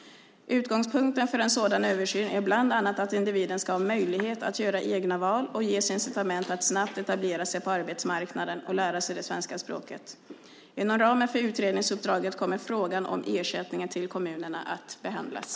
Utgångspunkter för en sådan översyn är bland annat att individen ska ha möjlighet att göra egna val och ges incitament att snabbt etablera sig på arbetsmarknaden och lära sig det svenska språket. Inom ramen för utredningsuppdraget kommer frågan om ersättningen till kommunerna att behandlas.